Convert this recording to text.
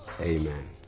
amen